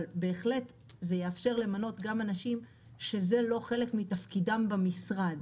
אבל זה בהחלט יאפשר למנות גם אנשים שזה לא חלק מתפקידם במשרד